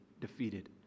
defeated